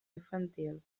infantil